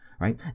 right